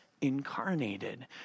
incarnated